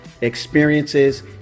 experiences